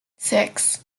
six